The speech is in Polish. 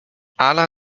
ala